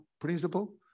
principle